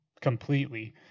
completely